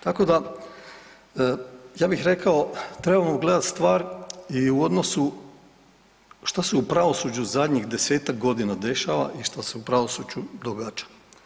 Tako da, ja bih rekao trebamo gledat stvar i u odnosu što se u pravosuđu zadnjih 10-tak godina dešava i što se u pravosuđu događa.